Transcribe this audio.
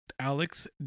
Alex